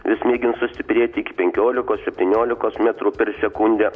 vis mėgins sustiprėti iki penkiolikos septyniolikos metrų per sekundę